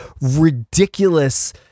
ridiculous